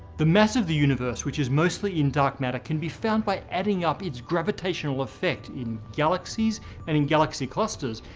the mass of the universe which is mostly in dark matter can be found by adding up the gravitational effect in galaxies and in galaxy clusters,